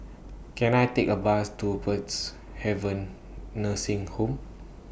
Can I Take A Bus to Peacehaven Nursing Home